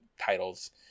titles